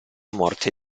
morte